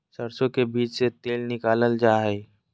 सरसो के बीज से तेल निकालल जा हई